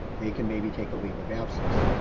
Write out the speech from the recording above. they can maybe take a leave of absence,